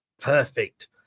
Perfect